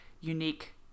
unique